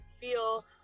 feel